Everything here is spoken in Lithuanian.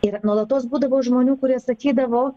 ir nuolatos būdavo žmonių kurie sakydavo